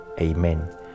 Amen